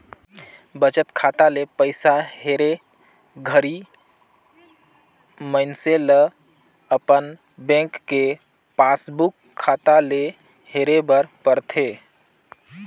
बचत खाता ले पइसा हेरे घरी मइनसे ल अपन बेंक के पासबुक खाता ले हेरे बर परथे